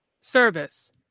service